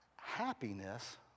Happiness